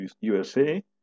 USA